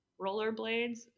rollerblades